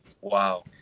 Wow